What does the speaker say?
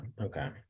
okay